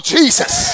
Jesus